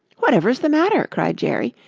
whatever's the matter? cried jerry.